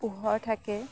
পোহৰ থাকে